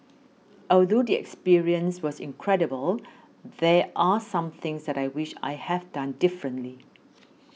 although the experience was incredible there are some things that I wish I have done differently